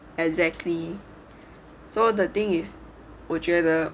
exactly so the thing is 我觉得